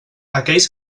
aquells